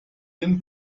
den